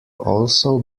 also